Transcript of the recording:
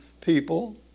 people